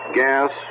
gas